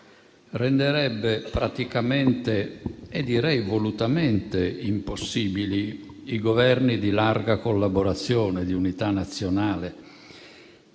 Renderebbe praticamente e direi volutamente impossibili i Governi di larga collaborazione, di unità nazionale.